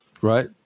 Right